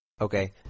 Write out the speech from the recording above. Okay